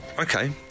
Okay